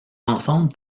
ensemble